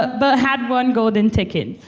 ah but had one golden ticket.